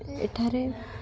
ଏଠାରେ